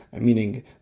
Meaning